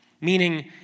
Meaning